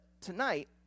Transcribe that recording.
tonight